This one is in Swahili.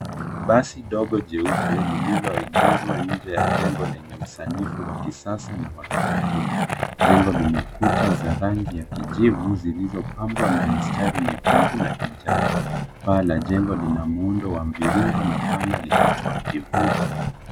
Basi dogo jeupe lililoengeshwa nje ya jengo lenye usanifu wa kisasa na wa kipekee. Jengo lina kuta za rangi ya kijivu zilizopambwa na mistari nyekundu na kijani. Paa la jengo lina muundo wa mviringo na pana likitoa kivuli.